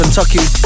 Kentucky